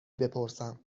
بپرسم